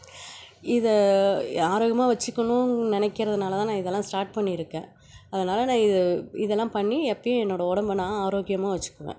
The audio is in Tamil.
இதை ஆரோக்கியமாக வச்சிக்கணும்ன்னு நினைக்குறதுனால தான் நான் இதெல்லாம் ஸ்டார்ட் பண்ணிருக்கேன் அதனால் நான் இது இதெல்லாம் பண்ணி எப்பயும் என்னோடய உடம்ப நான் ஆரோக்கியமாக வச்சிக்குவேன்